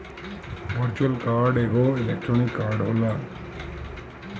virtual card एगो electronic card होला